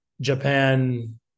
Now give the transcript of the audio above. Japan